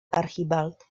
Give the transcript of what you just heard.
archibald